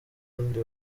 wundi